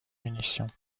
munitions